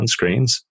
sunscreens